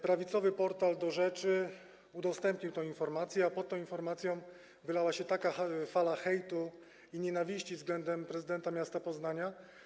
Prawicowy portal DoRzeczy udostępnił tę informację, a pod nią wylała się fala hejtu i nienawiści względem prezydenta miasta Poznania.